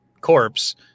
corpse